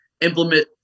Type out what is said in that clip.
implement